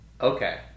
Okay